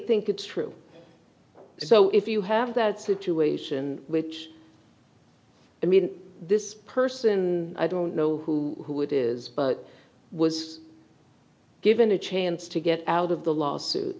think it's true so if you have that situation which i mean this person i don't know who it is but was given a chance to get out of the lawsuit